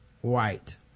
white